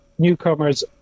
newcomers